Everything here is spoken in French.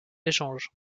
échange